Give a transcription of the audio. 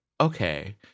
okay